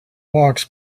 walks